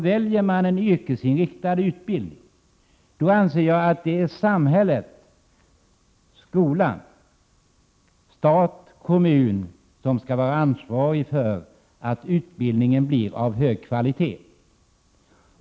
Väljer man en yrkesinriktad utbildning, anser jag att samhället — skolan, stat och kommun — skall ha ansvaret för att utbildningen blir av hög kvalitet.